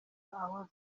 aho